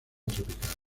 tropical